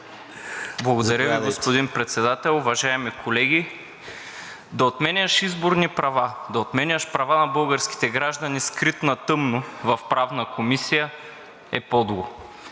Благодаря Ви, господин Председател. Уважаеми колеги, да отменяш изборни права, да отменяш права на българските граждани, скрит на тъмно в Правната комисия, е подло,